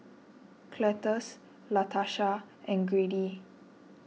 Cletus Latarsha and Grady